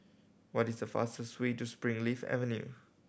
what is the fastest way to Springleaf Avenue